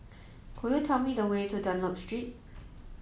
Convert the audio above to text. could you tell me the way to Dunlop Street